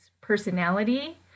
personality